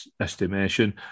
estimation